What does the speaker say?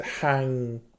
hang